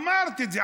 אמרת את זה.